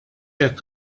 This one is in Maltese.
hekk